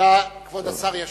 כבוד השר ישיב.